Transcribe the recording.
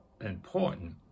important